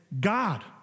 God